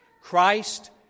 Christ